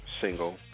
Single